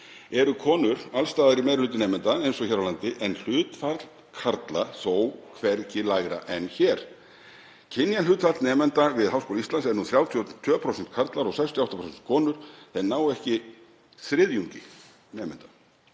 eru konur alls staðar í meiri hluta nemenda eins og hér á landi en hlutfall karla þó hvergi lægra en hér. Kynjahlutfall nemenda við HÍ er nú 32% karlar og 68% konur, þeir ná ekki þriðjungi nemenda.